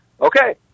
Okay